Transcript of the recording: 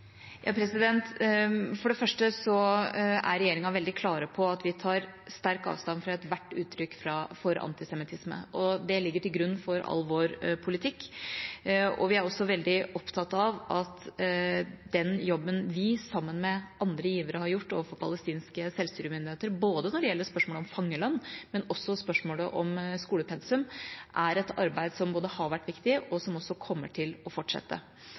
For det første er regjeringa veldig klar på at vi tar sterkt avstand fra ethvert uttrykk for antisemittisme, og det ligger til grunn for all vår politikk. Vi er også veldig opptatt av at den jobben vi sammen med andre givere har gjort overfor palestinske selvstyremyndigheter når det gjelder både spørsmålet om fangelønn og spørsmålet om skolepensum, er et arbeid som både har vært viktig, og som også kommer til å fortsette.